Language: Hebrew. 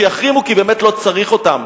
שיחרימו, כי באמת לא צריך אותם.